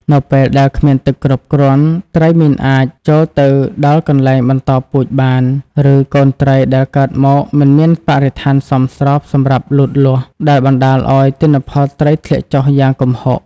នៅពេលដែលគ្មានទឹកគ្រប់គ្រាន់ ត្រីមិនអាចចូលទៅដល់កន្លែងបន្តពូជបាន ឬកូនត្រីដែលកើតមកមិនមានបរិស្ថានសមស្របសម្រាប់លូតលាស់ ដែលបណ្តាលឱ្យ ទិន្នផលត្រីធ្លាក់ចុះយ៉ាងគំហុក។